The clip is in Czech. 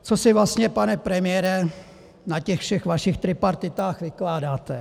Co si vlastně, pane premiére, na těch všech vašich tripartitách vykládáte?